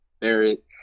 Barrett